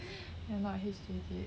you are not a history kid